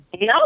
No